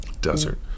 Desert